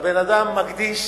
הבן-אדם מקדיש